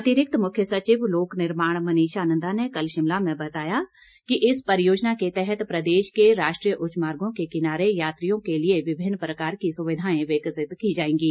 अतिरिक्त मुख्य सचिव लोक निर्माण मनीषा नंदा ने कल शिमला में बताया कि इस परियोजना के तहत प्रदेश के राष्ट्रीय उच्च मार्गो के किनारे यात्रियों की सुविधा के लिए विभिन्न प्रकार की सुविधाएं प्रदान की जाएंगी